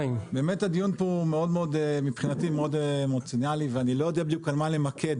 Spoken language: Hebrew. באמת הדיון פה מבחינתי מאוד אמוציונלי ואני לא יודע בדיוק על מה למקד,